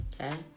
Okay